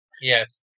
Yes